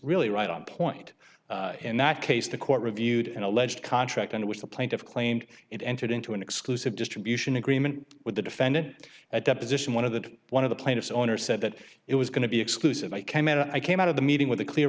really right on point in that case the court reviewed and alleged contract in which the plaintiffs claimed it entered into an exclusive distribution agreement with the defendant at deposition one of the one of the plaintiffs owner said that it was going to be exclusive i came out i came out of the meeting with a clear